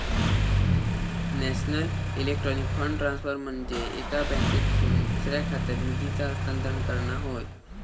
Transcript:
national electronic fund transfer म्हनजे एका बँकेतसून दुसऱ्या खात्यात निधीचा हस्तांतरण करणा होय